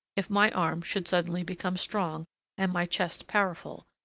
if my arm should suddenly become strong and my chest powerful,